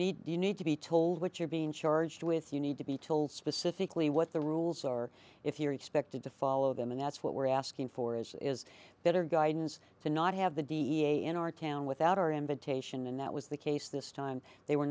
do you need to be told what you're being charged with you need to be told specifically what the rules are if you're expected to follow them and that's what we're asking for is is better guidance to not have the d a in our town without our invitation and that was the case this time they were